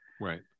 Right